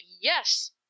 yes